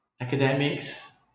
academics